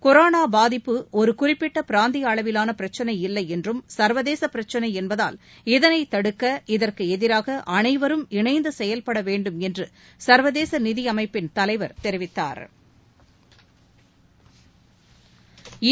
corona பாதிப்பு ஒரு குறிப்பிட்ட பிராந்திய அளவிலான பிரக்கனை இல்லை என்றும் சர்வதேச பிரச்சனை என்பதால் இதனை தடுக்க இதற்கு எதிராக அனைவரும் இணைந்து செயல்பட வேண்டுமென்று சர்வதேச நிதி அமைப்பின் தலைவர் தெரிவித்தாா்